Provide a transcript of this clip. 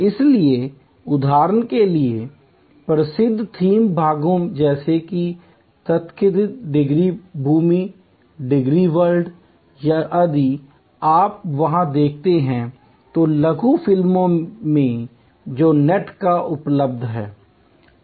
इसलिए उदाहरण के लिए प्रसिद्ध थीम भागों जैसे कि तथाकथित डिज्नी भूमि डिज्नी वर्ल्ड यदि आप वहां देखते हैं तो लघु फिल्में जो नेट पर उपलब्ध हैं